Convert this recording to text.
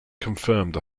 confirmed